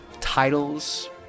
titles